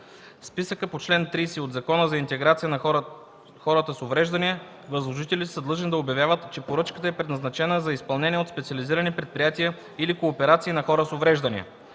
в списъка по чл. 30 от Закона за интеграция на хората с увреждания, възложителите са длъжни да обявят, че поръчката е предназначена за изпълнение от специализирани предприятия или кооперации на хора с увреждания.